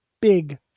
big